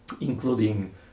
including